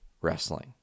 Wrestling